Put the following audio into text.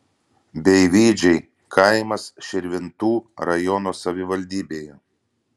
beivydžiai kaimas širvintų rajono savivaldybėje